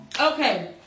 Okay